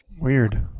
weird